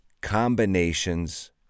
combinations